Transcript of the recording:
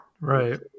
Right